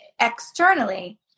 externally